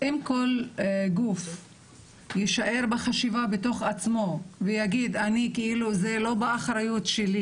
אם כל גוף יישאר בחשיבה בתוך עצמו ויגיד שזה לא באחריותו,